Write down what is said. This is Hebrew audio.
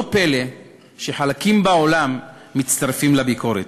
לא פלא שחלקים בעולם מצטרפים לביקורת.